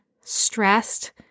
stressed